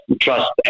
trust